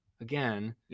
again